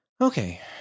Okay